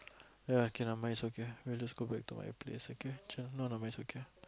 ya can my it's okay I'll just go back to my place okay chill no no my it's okay